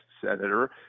Senator